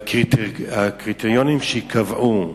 והקריטריונים שייקבעו,